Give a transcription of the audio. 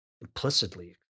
implicitly